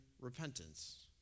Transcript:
repentance